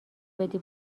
بدی